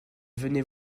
venez